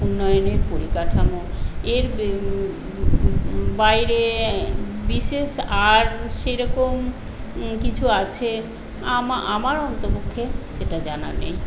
উন্নয়নের পরিকাঠামো এর বাইরে বিশেষ আর সেরকম কিছু আছে আমার অন্ততপক্ষে সেটা জানা নেই